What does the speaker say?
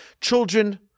children